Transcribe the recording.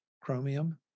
Chromium